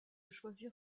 choisir